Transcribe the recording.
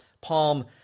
Palm